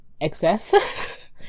excess